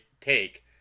take